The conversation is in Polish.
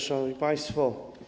Szanowni Państwo!